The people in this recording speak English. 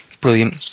Brilliant